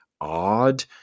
odd